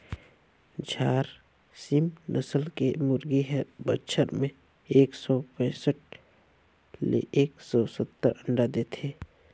झारसीम नसल के मुरगी हर बच्छर में एक सौ पैसठ ले एक सौ सत्तर अंडा देथे